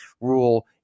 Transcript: rule